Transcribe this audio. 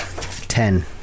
Ten